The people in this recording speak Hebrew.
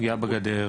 פגיעה בגדר,